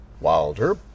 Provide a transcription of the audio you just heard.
Wilder